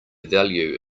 value